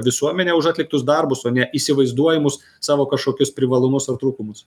visuomenė už atliktus darbus o ne įsivaizduojamus savo kažkokius privalumus ar trūkumus